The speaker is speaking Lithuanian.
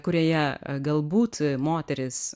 kurioje galbūt moteris